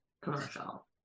commercial